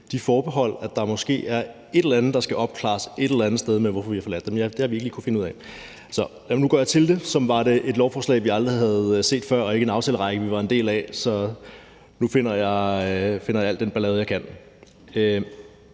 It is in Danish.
de forbehold, at der måske er et eller andet, der skal opklares et eller andet sted, hvorfor vi har forladt det. Men det har vi ikke lige kunnet finde ud af, så nu går jeg til det, som var det et lovforslag, vi aldrig havde set før, og en aftalerække, vi ikke var en del af. Så nu finder jeg al den ballade, jeg kan.